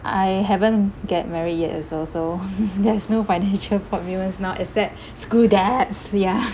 I haven't get married yet as well so there's no financial commitments now except school debts ya